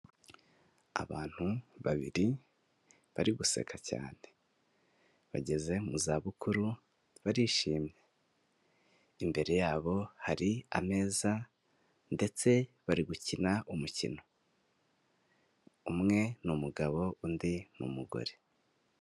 Abantu babiri bari guseka cyane bageze mu za bukuru barishima, imbere yabo hari ameza ndetse bari gukina umukino, umwe n'umugabo undi n'umugore.